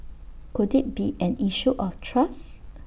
could IT be an issue of trust